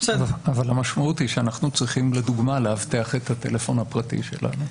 המשמעות היא שאנחנו צריכים לדוגמה לאבטח את הטלפן הפרטי שלנו.